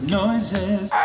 noises